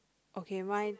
okay mine